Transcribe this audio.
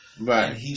Right